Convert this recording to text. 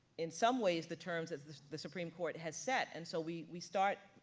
in some ways, the terms as the the supreme court has set. and so we we start,